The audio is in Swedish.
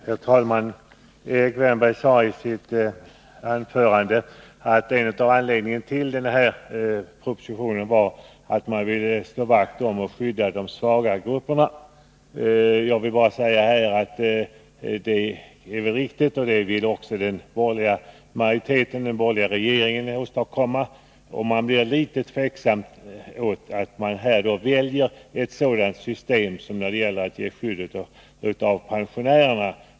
Herr talman! Erik Wärnberg sade i sitt anförande att en av anledningarna till den här propositionen var att man ville slå vakt om och skydda de svaga grupperna. Det vill också de borgerliga partierna göra, och det ville den borgerliga regeringen åstadkomma. Men varför väljer socialdemokraterna då ett sådant system som det man föreslår för att skydda pensionärerna?